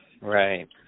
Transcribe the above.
Right